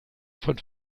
von